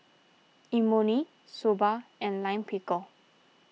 Imoni Soba and Lime Pickle